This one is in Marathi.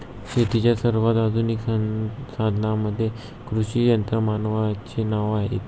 शेतीच्या सर्वात आधुनिक साधनांमध्ये कृषी यंत्रमानवाचे नाव येते